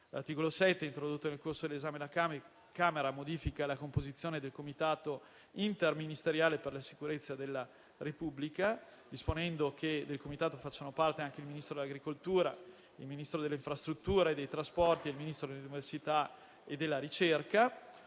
L'articolo 7, introdotto nel corso dell'esame alla Camera, modifica la composizione del Comitato interministeriale per la sicurezza della Repubblica (CISR), disponendo che del Comitato facciano parte anche il Ministro dell'agricoltura, il Ministro delle infrastrutture e dei trasporti e il Ministro dell'università e della ricerca.